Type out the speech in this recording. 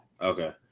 Okay